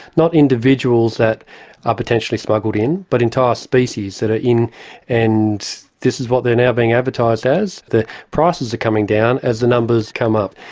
not individuals that are potentially smuggled in, but entire species that are in and this is what they're now being advertised as. the prices are coming down as the numbers come up.